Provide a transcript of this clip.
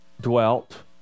dwelt